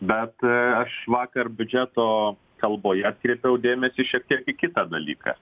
bet aš vakar biudžeto kalboje atkreipiau dėmesį šiek tiek į kitą dalyką